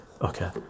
okay